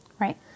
Right